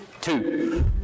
Two